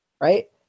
Right